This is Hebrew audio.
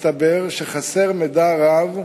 הסתבר שחסר מידע רב.